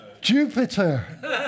Jupiter